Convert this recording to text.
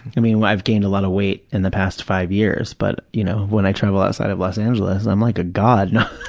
i mean, i've gained a lot of weight in the past five years, but, you know, when i travel outside of los angeles, i'm like a god.